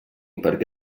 perquè